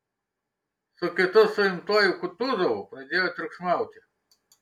su kitu suimtuoju kutuzovu pradėjo triukšmauti